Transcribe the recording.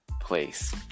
place